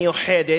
היא מיוחדת.